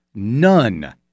None